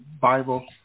Bible